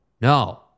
No